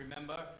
remember